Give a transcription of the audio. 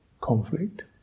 conflict